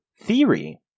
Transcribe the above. theory